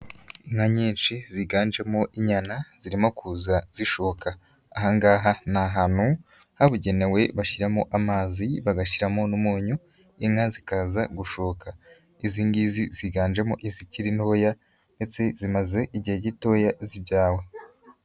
Inka nyinshi ziganjemo inyana zirimo kuza zishoka. ahangaha ni ahantu habugenewe bashyiramo amazi bagashyiramo n'umunyu inka zikaza gushoka, izingizi ziganjemo izikiri ntoya ndetse zimaze igihe gitoya zibyawe.